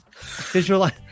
visualize